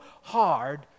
hard